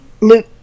Luke